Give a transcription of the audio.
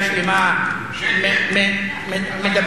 ידינו